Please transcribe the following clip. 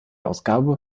ausgabe